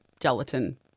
gelatin